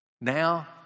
Now